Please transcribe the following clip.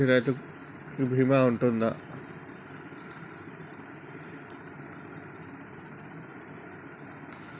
నా లాంటి రైతు కి బీమా ఉంటుందా?